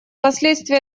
последствий